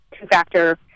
two-factor